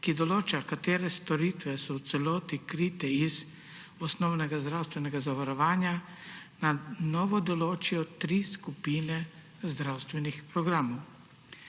ki določa, katere storitve so v celoti krite iz osnovnega zdravstvenega zavarovanja, na novo določijo tri skupine zdravstvenih programov.